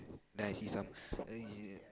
then I see some a uh